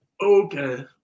Okay